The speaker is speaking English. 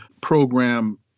program